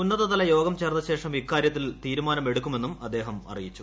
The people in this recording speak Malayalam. ഉന്നതതല യോഗം ചേർന്ന ശേഷം ഇക്കാര്യത്തിൽ തീരുമാനമെടുക്കുമെന്നും അദ്ദേഹം പറഞ്ഞു